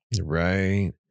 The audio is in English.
right